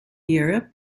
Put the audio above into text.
europe